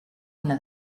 una